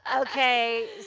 okay